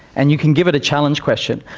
and you can give it a challenge question,